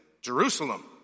Jerusalem